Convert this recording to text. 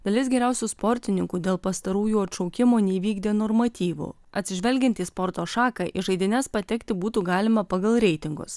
dalis geriausių sportininkų dėl pastarųjų atšaukimo neįvykdė normatyvų atsižvelgiant į sporto šaką į žaidynes patekti būtų galima pagal reitingus